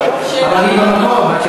שאלה במקום.